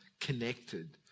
connected